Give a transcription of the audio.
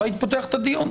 לא הייתי פותח את הדיון,